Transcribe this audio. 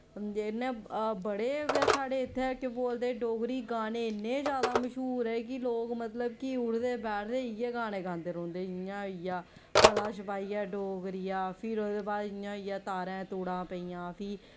बड़े गै साढ़े इत्थें केह् बोलदे डोगरी गाने इन्ने मश्हूर ज्यादा ऐ कि लोग मतलब कि उठदे बैठदे इ'यै गाने गांदे रौंह्दे जियां होई गेआ भला शपाईया डोगरेआ फिर ओह्दे बाद जियां होई गेआ धारें धूड़ां पेइयां फ्ही